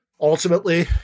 ultimately